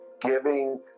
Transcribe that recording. giving